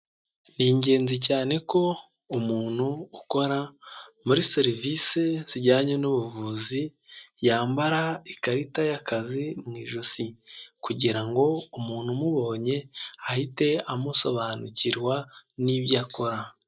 Ni ingenzi cyane ko umuntu ukora muri serivise zijyanye n'ubuvuzi yambara ikarita y'akazi mu ijosi, kugira ngo umuntu umubonye ahite amusobanukirwa n'ibyo akora.